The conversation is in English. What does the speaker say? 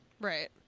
Right